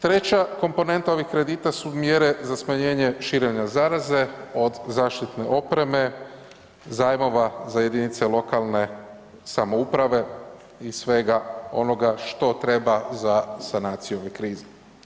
Treća komponenta ovih kredita su mjere za smanjenje širenja zaraze od zaštitne opreme, zajmova za jedinice lokalne samouprave i svega onoga što treba za sanaciju ove krize.